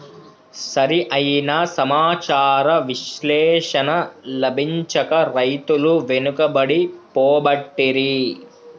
సరి అయిన సమాచార విశ్లేషణ లభించక రైతులు వెనుకబడి పోబట్టిరి